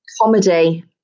Comedy